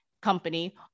company